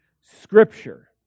Scripture